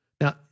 Now